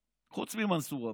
חוץ ממנסור עבאס,